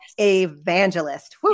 evangelist